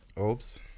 Oops